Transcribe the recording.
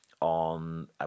on